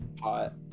hot